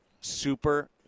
super